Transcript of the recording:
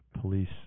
police